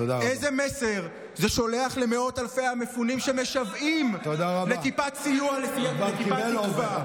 איזה מסר זה שולח למאות אלפי המפונים שמשוועים לטיפת סיוע ולטיפת תקווה?